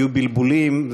יהיו בלבולים,